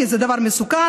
כי זה דבר מסוכן,